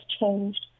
changed